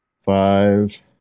Five